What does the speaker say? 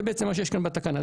זה מה שיש בתקנה.